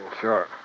Sure